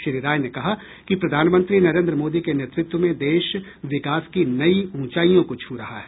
श्री राय ने कहा कि प्रधानमंत्री नरेन्द्र मोदी के नेतृत्व में देश विकास की नई ऊंचाईयों को छू रहा है